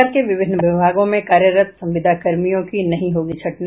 सरकार के विभिन्न विभागों में कार्यरत संविदा कर्मियों की नहीं होगी छंटनी